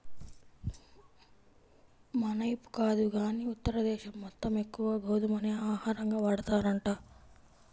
మనైపు కాదు గానీ ఉత్తర దేశం మొత్తం ఎక్కువగా గోధుమనే ఆహారంగా వాడతారంట